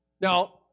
now